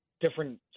different